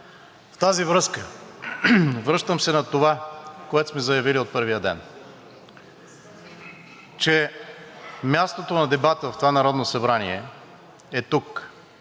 В тази връзка се връщам на това, което сме заявили от първия ден, че мястото на дебата в това Народно събрание е тук,